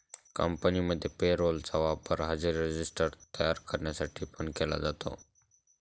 कंपनीमध्ये payroll चा वापर हजेरी रजिस्टर तयार करण्यासाठी पण केला जातो